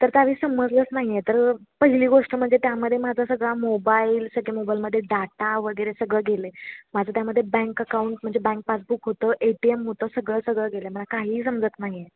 तर त्यावेळी समजलंच नाही आहे तर पहिली गोष्ट म्हणजे त्यामध्ये माझा सगळा मोबाईल सगळ्या मोबाईलमध्ये डाटा वगैरे सगळं गेलं आहे माझं त्यामध्ये बँक अकाउंट म्हणजे बँक पासबुक होतं ए टी एम होतं सगळं सगळं गेलं आहे मला काहीही समजत नाही आहे